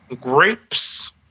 grapes